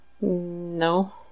No